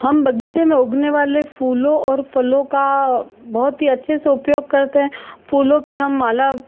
हम बगीचे में उगने वाले फ़ूलों और फ़लों का बहुत ही अच्छे से उपयोग करते हैं फ़ूलों की हम माला